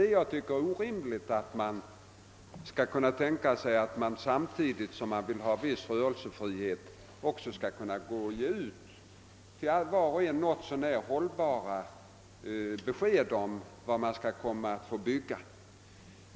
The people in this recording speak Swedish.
Det är emellertid orimligt att tänka sig att vi, samtidigt som vi vill ha rörelsefrihet, skall kunna ge hållbara besked om vad de kommunerna skall få bygga framdeles.